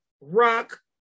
Rock